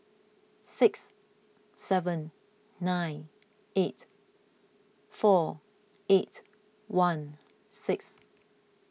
six seven nine eight four eight one six